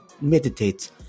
meditate